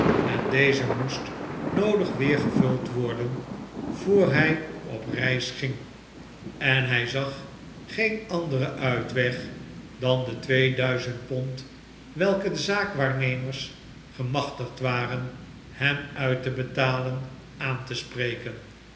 en deze moest noodig weer gevuld worden voor hij op reis ging en hij zag geen anderen uitweg dan de twee duizend pond welke de zaakwaarnemers gemachtigd waren hem uit te betalen aan te spreken